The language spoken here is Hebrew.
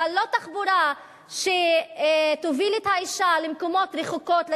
אבל לא תחבורה שתוביל את האשה למקומות רחוקים,